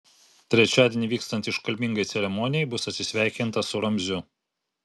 trečiadienį vykstant iškilmingai ceremonijai bus atsisveikinta su ramziu